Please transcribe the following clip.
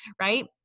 right